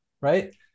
right